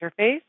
Interface